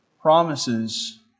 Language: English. promises